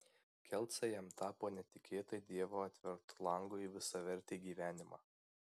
kelcai jam tapo netikėtai dievo atvertu langu į visavertį gyvenimą